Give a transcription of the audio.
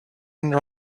and